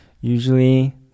Usually